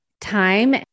time